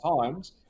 times